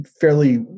fairly